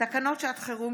קארין אלהרר,